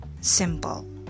Simple